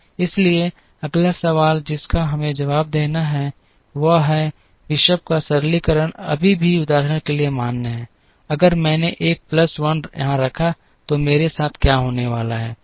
इसलिए अगला सवाल जिसका हमें जवाब देना है वह है बिशप का सरलीकरण अभी भी उदाहरण के लिए मान्य है अगर मैंने एक प्लस 1 यहां रखा तो मेरे साथ क्या होने वाला है